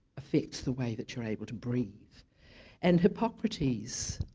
affects the way that you're able to breath and hippocrates,